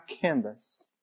canvas